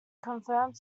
confirmed